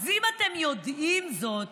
אז אם אתם יודעים זאת